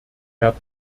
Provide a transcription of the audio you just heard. herr